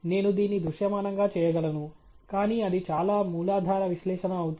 నేను దీన్ని దృశ్యమానంగా చేయగలను కానీ అది చాలా మూలాధార విశ్లేషణ అవుతుంది